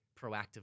proactively